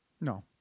no